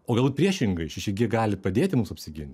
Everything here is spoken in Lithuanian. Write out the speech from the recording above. o gal priešingai šeši gie gali padėti mums apsigint